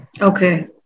okay